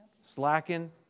slacking